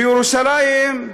בירושלים,